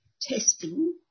testing